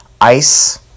ice